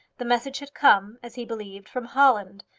the message had come, as he believed, from holland,